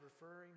referring